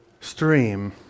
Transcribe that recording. stream